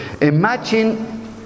imagine